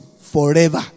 forever